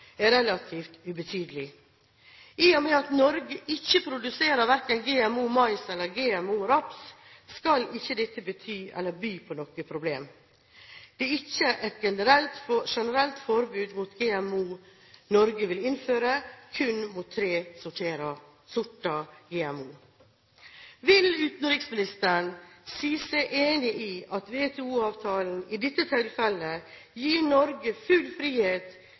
er relativt ubetydelig. I og med at Norge verken produserer GMO-mais eller GMO-raps, skal ikke dette by på noe problem. Det er ikke et generelt forbud mot GMO Norge vil innføre, kun mot tre sorter GMO. Vil utenriksministeren si seg enig i at WTO-avtalen i dette tilfellet gir Norge full frihet